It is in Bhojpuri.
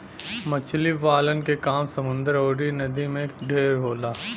मछरी पालन के काम समुन्दर अउर नदी में ढेर होला